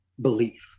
belief